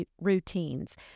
routines